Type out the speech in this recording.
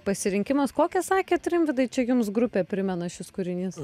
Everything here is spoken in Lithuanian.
pasirinkimas kokią sakėt rimvydai čia jums grupę primena šis kūrinys